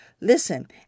Listen